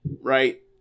right